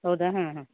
ಹೌದಾ ಹಾಂ ಹಾಂ